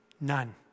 None